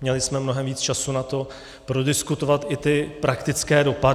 měli jsme mnohem víc času na to prodiskutovat i ty praktické dopady.